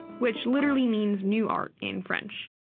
which literally means new art in french.